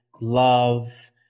love